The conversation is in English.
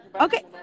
okay